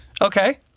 Okay